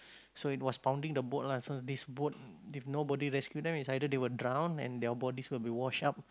so it was pounding the boat lah so this boat if nobody rescue them it's either they will drown or their bodies will be washed up